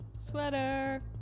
Sweater